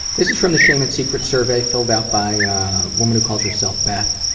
this is from the shame and secrets survey filled out by a woman who calls herself beth.